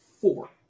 Four